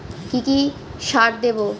কি কি সার দেবো?